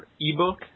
ebook